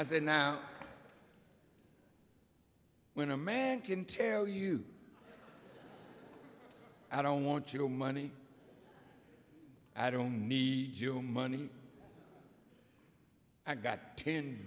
said now when a man can tell you i don't want your money i don't need your money i got ten